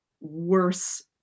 worse